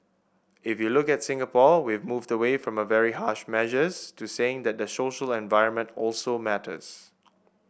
if you look at Singapore we've moved away from very harsh measures to saying that the social environment also matters